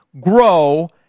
grow